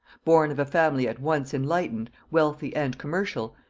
born of a family at once enlightened, wealthy and commercial,